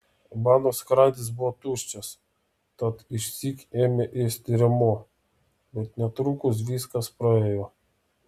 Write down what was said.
mano skrandis buvo tuščias tad išsyk ėmė ėsti rėmuo bet netrukus viskas praėjo